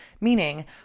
Meaning